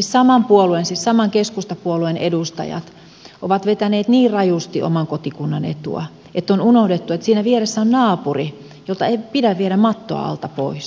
saman puolueen edustajat siis saman keskustapuolueen edustajat ovat vetäneet niin rajusti oman kotikunnan etua että on unohdettu että siinä vieressä on naapuri jolta ei pidä viedä mattoa alta pois